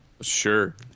Sure